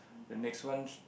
the next one